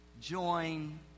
join